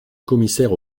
commissaire